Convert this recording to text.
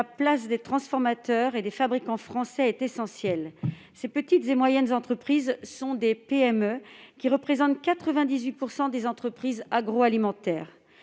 la place des transformateurs et des fabricants français est essentielle. Ces petites et moyennes entreprises représentent 98 % des entreprises agroalimentaires.